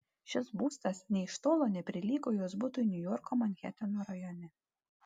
šis būstas nė iš tolo neprilygo jos butui niujorko manheteno rajone